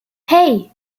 hey